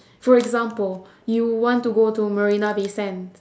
for example you want to go to marina-bay-sands